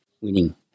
winning